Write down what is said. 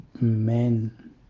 men